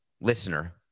listener